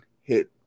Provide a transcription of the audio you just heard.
hit